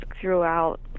throughout